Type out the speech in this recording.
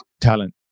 talent